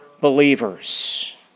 believers